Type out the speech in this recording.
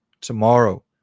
tomorrow